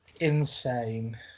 insane